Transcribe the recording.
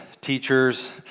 teachers